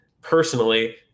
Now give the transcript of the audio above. personally